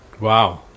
Wow